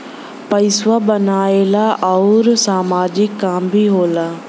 पइसो बनेला आउर सामाजिक काम भी होला